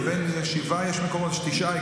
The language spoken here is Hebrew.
יש מקומות ששבעה,